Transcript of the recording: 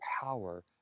power